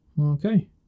Okay